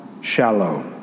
shallow